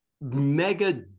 mega